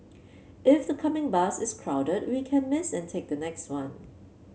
if the coming bus is crowded we can miss and take the next one